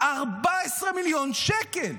14 מיליון שקל.